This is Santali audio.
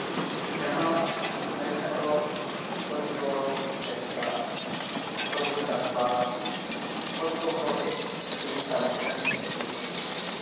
ᱡᱟᱦᱟᱸ ᱢᱮᱱ ᱞᱮᱠᱷᱟᱱ ᱫᱚ ᱚᱠᱚᱭ ᱠᱚᱫᱚ ᱵᱮᱵᱽᱥᱟ ᱚᱠᱚᱭ ᱠᱚᱫᱚ ᱪᱟᱥᱼᱵᱟᱥ ᱚᱠᱚᱭ ᱠᱚᱫᱚ ᱦᱚᱲᱴᱷᱮᱱ ᱠᱟᱹᱢᱤ ᱠᱷᱟᱴᱟᱣ ᱠᱟᱛᱮᱫ ᱠᱚ ᱟᱹᱥᱩᱞᱚᱜ ᱠᱟᱱᱟ